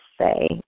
say